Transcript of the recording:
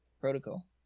protocol